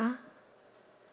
very high